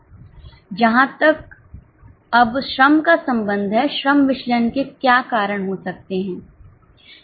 अब जहां तक श्रम का संबंध है श्रम विचलन के क्या कारण हो सकते हैं